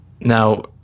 Now